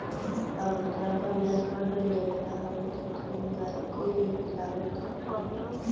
अगर तोरा कम ब्याज पर ऋण लेवेला हउ त रियायती ऋण के लाभ उठा सकऽ हें